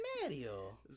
Mario